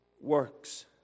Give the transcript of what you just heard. works